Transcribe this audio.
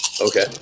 Okay